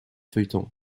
feuilleton